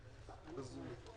כאן?